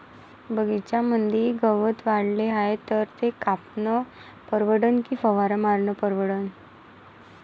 बगीच्यामंदी गवत वाढले हाये तर ते कापनं परवडन की फवारा मारनं परवडन?